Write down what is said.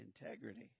Integrity